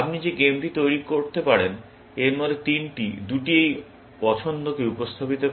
আপনি যে গেমটি তৈরি করতে পারেন এর মধ্যে তিনটি দুটি এই পছন্দকে উপস্থাপিত করে